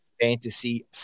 fantasy